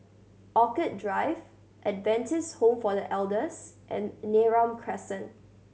Orchid Drive Adventist Home for The Elders and Neram Crescent